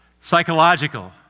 psychological